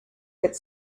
could